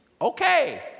okay